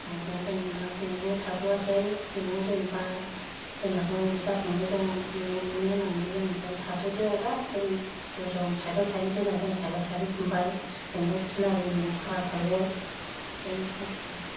आरो दा जों दा न'आवबो थाथ'आसै न'आव जेनेबा जोंनाबो बिदा फंबाय दं न' लुनो होननानै जों बेहाय थाथ'दो आदा जों दस्रायाव साइदआव थाहैनोसै होनना साइदआव थाफैफिनबाय जों था टिनालिनिआव भारा थायो बिदिनोसै आरो